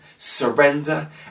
surrender